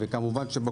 תודה